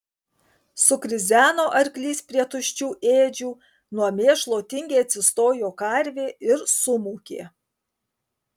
sukrizeno arklys prie tuščių ėdžių nuo mėšlo tingiai atsistojo karvė ir sumūkė